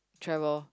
travel